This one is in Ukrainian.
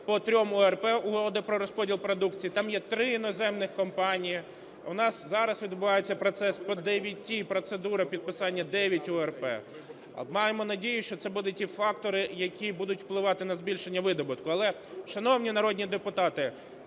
по трьом УРП – угоди про розподіл продукції. Там є три іноземних компанії. У нас зараз відбувається процес по дев'яти, процедури підписання дев'ять УРП. Маємо надію, що це будуть ті фактори, які будуть впливати на збільшення видобутку. Але, шановні народні депутати,